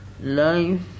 Life